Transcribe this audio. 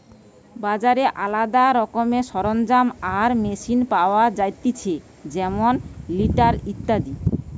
বাজারে আলদা রকমের সরঞ্জাম আর মেশিন পাওয়া যায়তিছে যেমন টিলার ইত্যাদি